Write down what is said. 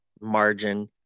margin